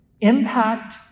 impact